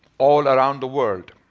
all around the world.